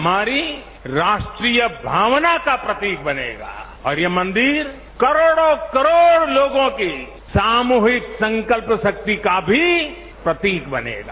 हमारी राष्ट्रीय भावना का प्रतीक बनेगा और यह मंदिर करोड़ों करोड़ लोगों की सामूहिक संकल्प शक्ति का भी प्रतीक बनेगा